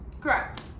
Correct